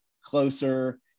closer